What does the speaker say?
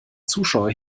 zuschauer